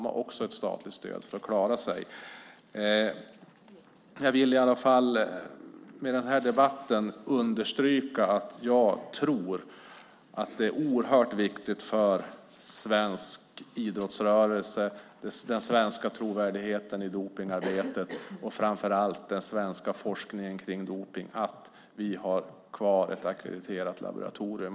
Också de har statligt stöd för att klara sig. Med den här debatten vill jag understryka att jag tror att det är oerhört viktigt för svensk idrottsrörelse, för den svenska trovärdigheten i dopningsarbetet och, framför allt, för den svenska forskningen kring dopning att vi har kvar ett ackrediterat laboratorium.